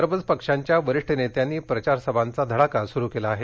सर्वच पक्षांच्या वरिष्ठ नेत्यांनी प्रचार सभांचा धडाका सुरू केला आहे